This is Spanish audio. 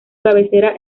cabecera